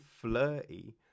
flirty